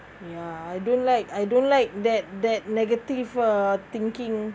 ya I don't like I don't like that that negative uh thinking